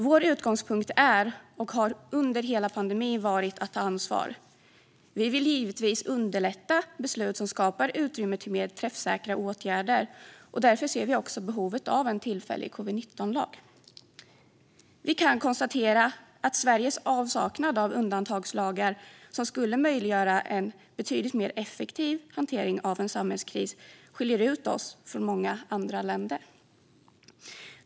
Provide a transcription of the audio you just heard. Vår utgångspunkt är och har under hela pandemin varit att ta ansvar. Vi vill givetvis underlätta beslut som skapar utrymme för mer träffsäkra åtgärder, och därför ser vi också behovet av en tillfällig covid-19-lag. Vi kan konstatera att Sveriges avsaknad av undantagslagar som skulle möjliggöra en betydligt mer effektiv hantering av en samhällskris skiljer oss från många andra länder.